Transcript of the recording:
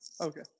Okay